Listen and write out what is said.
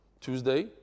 Tuesday